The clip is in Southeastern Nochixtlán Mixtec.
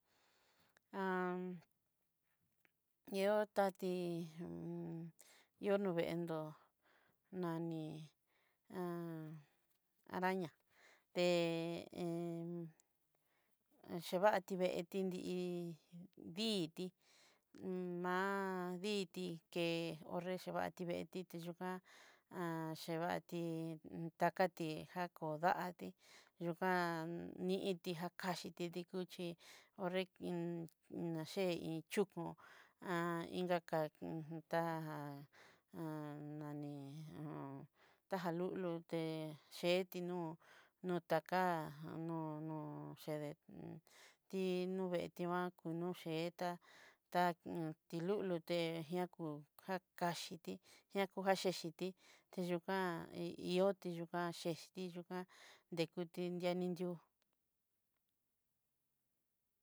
ihótati yo no vento'o nani raña te ovarti veetí dí'i dití, má dití ke ho'nre xiovati veti tiyójan evatí, takatí jakodatí yojan ni iin tioga kaxhí diko chí ho'nre iin in na ché iin chukún ka ká taja aní ho o on taja lulu lute chetí nú nu taka no no chedé iin nú veeti nguan, noche tá ti lulu té ña kú ka kaxhití, ñakaxhixiti tiyukan iotiyú kan xhexiyukan detinani'nrió.